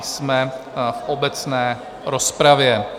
Jsme v obecné rozpravě.